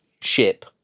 ship